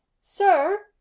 sir